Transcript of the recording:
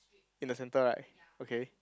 in the centre right okay